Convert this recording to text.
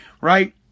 right